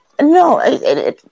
No